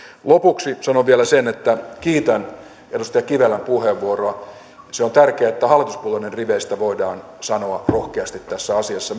lopuksi sanon vielä sen että kiitän edustaja kivelän puheenvuoroa se on tärkeää että hallituspuolueiden riveistä voidaan sanoa rohkeasti tässä asiassa